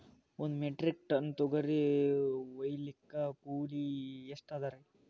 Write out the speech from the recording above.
ಒಂದ್ metric tonne ತೊಗರಿ ಹೋಯಿಲಿಕ್ಕ ಕೂಲಿ ಎಷ್ಟ ಅದರೀ?